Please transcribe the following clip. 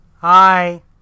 Hi